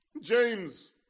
James